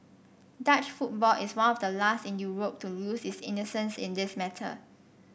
Dutch football is one of the last in Europe to lose its innocence in this matter